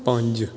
ਪੰਜ